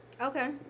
Okay